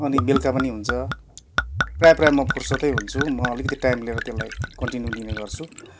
अनि बेलुका पनि हुन्छ प्रायः प्रायः म फुर्सदै हुन्छु म अलिकति टाइम लिएर त्यसलाई कन्टिन्यू दिने गर्छु